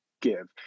give